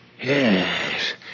Yes